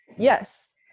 Yes